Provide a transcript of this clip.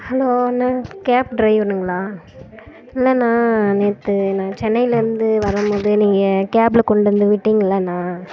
hello அண்ணே cab டிரைவருங்களா அண்ணே நான் நேற்று நான் சென்னையிலேருந்து வரும்போது நீங்கள் கேபில் கொண்டு வந்து விட்டீங்கல்லை அண்ணா